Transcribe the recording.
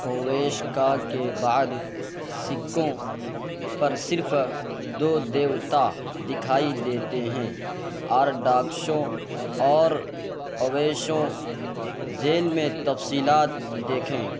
ہوویشکا کے بعد سکوں پر صرف دو دیوتا دکھائی دیتے ہیں آرڈاکسشوں اور ہویشوں ذیل میں تفصیلات دیکھیں